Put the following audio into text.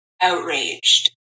outraged